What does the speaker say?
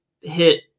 hit